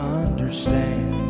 understand